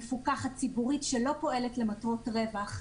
מפוקחת וציבורית שלא פועלת למרות רווח.